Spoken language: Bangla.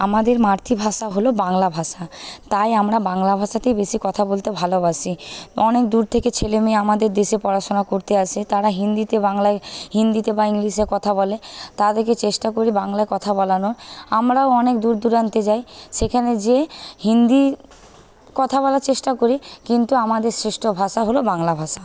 আমাদের মাতৃভাষা হল বাংলাভাষা তাই আমরা বাংলাভাষাতেই বেশি কথা বলতে ভালোবাসি অনেক দূর থেকে ছেলেমেয়ে আমাদের দেশে পড়াশোনা করতে আসে তারা হিন্দিতে বাংলায় হিন্দিতে বা ইংলিশে কথা বলে তাদেরকে চেষ্টা করি বাংলায় কথা বলানোর আমরাও অনেক দূরদূরান্তে যাই সেখানে যেয়ে হিন্দি কথা বলার চেষ্টা করি কিন্তু আমাদের শ্রেষ্ঠ ভাষা হল বাংলা ভাষা